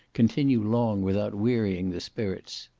continue long without wearying the spirits.